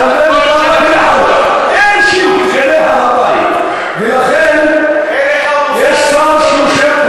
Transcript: אל המסגד הקיצון אשר נָתַנו ברכתנו על סביבותיו".) הכול שלכם,